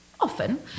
often